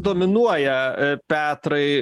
dominuoja petrai